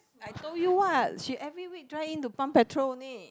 I told you what she every week drive in to pump petrol only